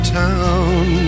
town